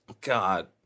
God